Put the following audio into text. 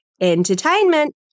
Entertainment